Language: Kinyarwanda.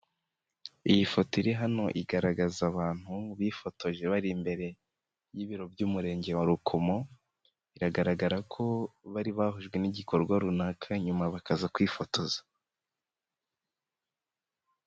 Iyi foto iri hano igaragaza abantu bifotoje bari imbere y'ibiro by'Umurenge wa Rukomo, biragaragara ko bari bahujwe n'igikorwa runaka nyuma bakaza kwifotoza.